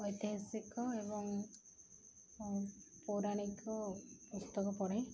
ଐତିହାସିକ ଏବଂ ପୌରାଣିକ ପୁସ୍ତକ ପଢ଼େ